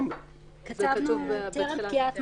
כתבנו "טרם פקיעת מעצרו".